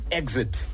exit